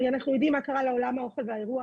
ואנחנו יודעים מה קרה לעולם האוכל והאירוח.